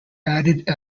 added